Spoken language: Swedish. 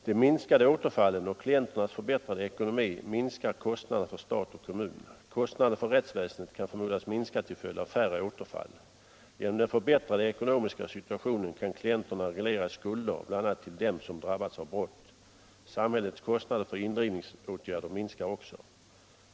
De minskade återfallen och klienternas förbättrade ekonomi minskar kostnaderna för stat och kommun. Kostnaderna för rättsväsendet kan förmodas minska till följd av färre återfall. Genom den förbättrade ekonomiska situationen kan klienterna reglera skulder, bl.a. till dem som drabbats av brott. Samhällets kostnader för indrivningsåtgärder minskar också.